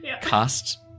Cast